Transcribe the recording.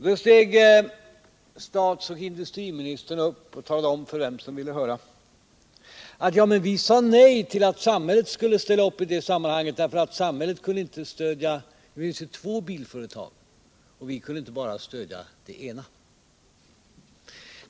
Då steg statsministern och industriministern upp och talade om för vem som ville höra på, att regeringen sade nej till att samhället skulle ställa upp i det sammanhanget, därför att det finns två bilföretag och samhället inte kunde stödja bara det ena.